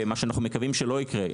מה שאנחנו מקווים שלא יקרה,